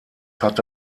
hatte